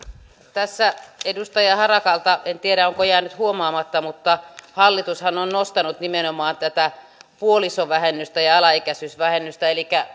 tässä edustaja harakalta jäänyt huomaamatta mutta hallitushan on nostanut nimenomaan tätä puolisovähennystä ja alaikäisyysvähennystä elikkä